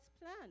plan